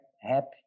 happy